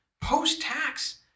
post-tax